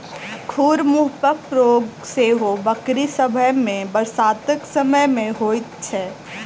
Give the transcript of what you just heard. खुर मुँहपक रोग सेहो बकरी सभ मे बरसातक समय मे होइत छै